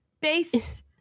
based